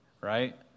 right